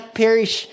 perish